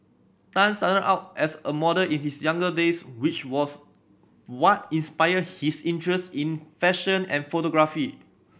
Tan started out as a model in his younger days which was what inspired his interest in fashion and photography